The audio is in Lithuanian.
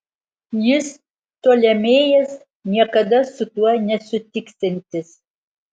jis ptolemėjas niekada su tuo nesutiksiantis